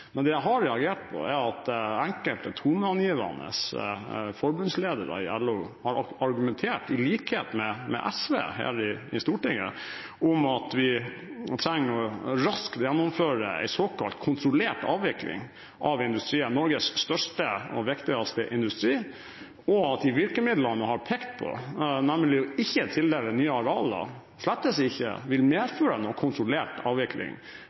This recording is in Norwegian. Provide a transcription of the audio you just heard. men det jeg har reagert på, er at enkelte toneangivende forbundsledere i LO har argumentert, i likhet med SV her i Stortinget, for at vi raskt trenger å gjennomføre en såkalt kontrollert avvikling av Norges største og viktigste industri, og at de virkemidlene man har pekt på, nemlig ikke å tildele nye arealer, slettes ikke vil medføre noen kontrollert avvikling,